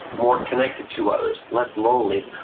more connected to others, less lonely,